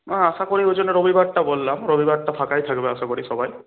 হ্যাঁ আশা করি ওই জন্যে রবিবারটা বললাম রবিবারটা ফাঁকাই থাকবে আশা করি সবাই